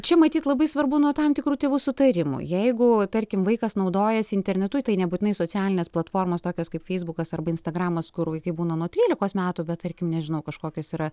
čia matyt labai svarbu nuo tam tikrų tėvų sutarimo jeigu tarkim vaikas naudojasi internetu tai nebūtinai socialinės platformos tokios kaip feisbukas arba instagramas kur vaikai būna nuo trylikos metų bet tarkim nežinau kažkokios yra